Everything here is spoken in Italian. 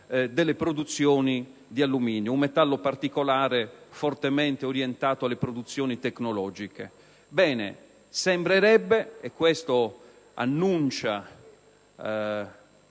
delle produzioni di alluminio, un metallo particolare fortemente orientato alle produzioni tecnologiche.